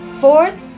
Fourth